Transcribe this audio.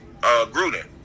Gruden